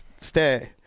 stay